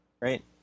right